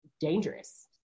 dangerous